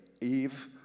Eve